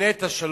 תבנה את השלום"